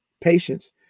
patience